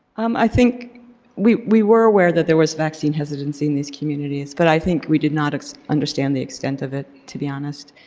um i think we we were aware that there was vaccine hesitancy in these communities, but i think we did not like so understand the extent of it to be honest.